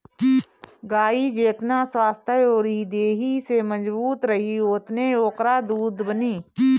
गाई जेतना स्वस्थ्य अउरी देहि से मजबूत रही ओतने ओकरा दूध बनी